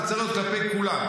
זה צריך להיות כלפי כולם.